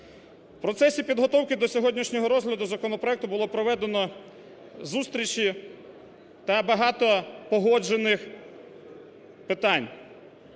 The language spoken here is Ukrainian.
В процесі підготовки до сьогоднішнього розгляду законопроекту було проведено зустрічі та багато погоджених питань.